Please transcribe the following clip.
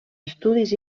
estudis